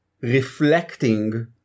reflecting